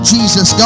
Jesus